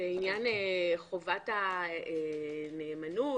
בעניין חובת הנאמנות